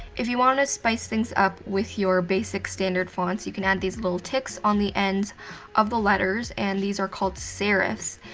if you want to spice things up with your basic, standard fonts, you can add these little tics on the ends of the letters, and these are called serifs.